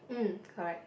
mm correct